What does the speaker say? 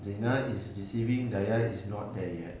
zina is receiving dayah is not there yet